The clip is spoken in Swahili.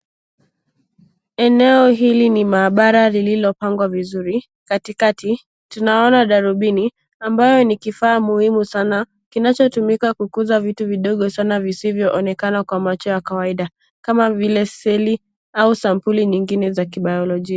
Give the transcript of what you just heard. Eneo hili ni maabara lililopangwa vizuri, katikati, tunaona darubini ambayo ni kifaa muhimu sana kinachotumika kukuza vitu vidogo sana visivyoonekana kwa macho ya kawaida. Kama vile seli au sampuli nyingine za kibiolojia.